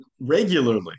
regularly